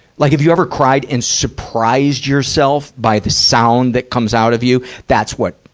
like have you ever cried and surprised yourself by the sound that comes out of you? that's what,